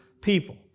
people